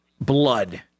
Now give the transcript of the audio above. blood